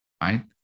right